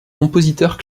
compositeurs